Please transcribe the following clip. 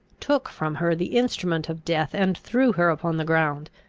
took from her the instrument of death, and threw her upon the ground.